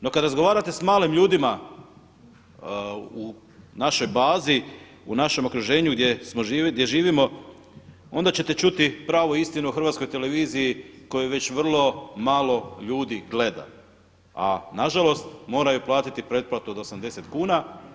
No kad razgovarate sa malim ljudima u našoj bazi, u našem okruženju gdje živimo onda ćete čuti pravu istinu o Hrvatskoj televiziji koju već vrlo malo ljudi gleda a na žalost moraju platiti pretplatu od 80 kuna.